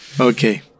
Okay